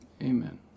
Amen